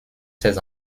ses